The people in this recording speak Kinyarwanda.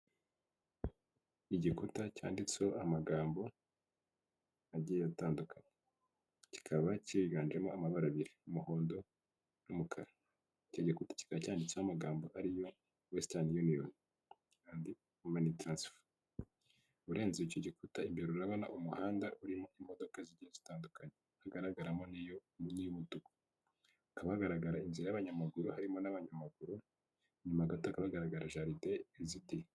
Igikuta cyanditseho amagambo agiye atandukana kikaba cyiganjemo amabara abiri umuhondo n'umukara icyo gukita kikaba cyanditseho amagambo ari yo wesitani uniyoni, mani tarasifa, urenze icyo gikuta imbere urabona umuhanda urimo imodoka zigiye zitandukanye hagaragaramo n'iy'umutuku, hakaba hagaragara inzira y'abanyamaguru harimo n'abanyamaguru inyuma hakaba hagaraga jaride izitiye.